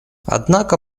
однако